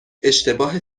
اشتباه